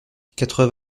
quatre